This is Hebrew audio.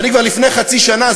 ואני כבר לפני חצי שנה,